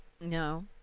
No